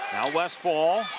westphal.